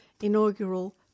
inaugural